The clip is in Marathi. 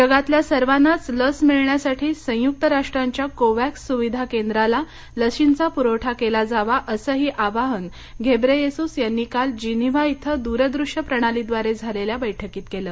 जगातल्या सर्वांनाच लस मिळण्यासाठी संयुक्त राष्ट्रांच्या कोव्हॅक्स सुविधा केंद्राला लशींचा पुरवठा केला जावा असंही आवाहन घेब्रेयेसूस यांनी काल जिनिव्हा इथं दूर दृश प्रणालीद्वारे झालेल्या बैठकीत केलं